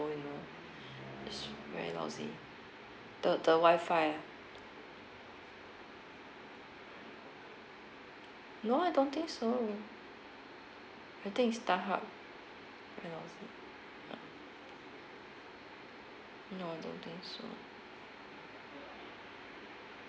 you know is very lousy the the wifi no I don't think so I think is starhub very lousy ya no I don't think so